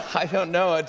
i don't know, ah to